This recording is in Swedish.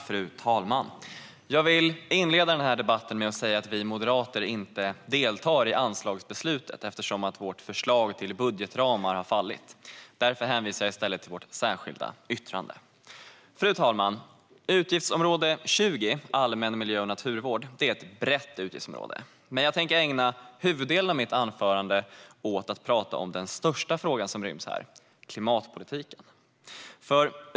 Fru talman! Jag vill inleda debatten med att säga att vi moderater inte deltar i anslagsbeslutet eftersom vårt förslag till budgetramar har fallit. Därför hänvisar jag i stället till vårt särskilda yttrande. Fru talman! Utgiftsområde 20 Allmän miljö och naturvård är ett brett utgiftsområde, men jag tänker ägna huvuddelen av mitt anförande åt att tala om den största frågan som ryms här - klimatpolitiken.